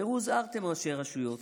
ראו הוזהרתם, ראשי הרשויות.